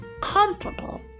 comfortable